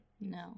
No